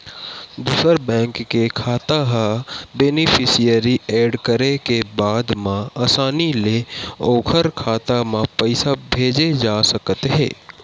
दूसर बेंक के खाता ह बेनिफिसियरी एड करे के बाद म असानी ले ओखर खाता म पइसा भेजे जा सकत हे